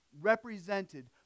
represented